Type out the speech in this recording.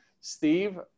Steve